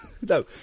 No